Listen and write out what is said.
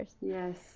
Yes